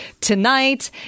tonight